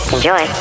Enjoy